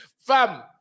Fam